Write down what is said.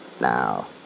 Now